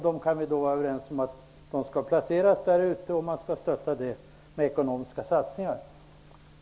Vi kan vara överens om att de skall placeras där och att man skall stötta detta med ekonomiska satsningar.